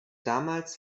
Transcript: damals